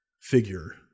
figure